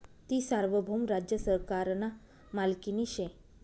ती सार्वभौम राज्य सरकारना मालकीनी शे